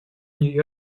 нью